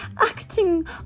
acting